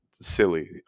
silly